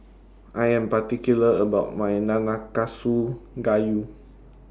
I Am particular about My Nanakusa Gayu